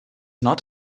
not